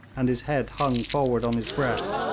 and his head hung forward on his breast,